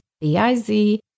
B-I-Z